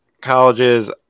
colleges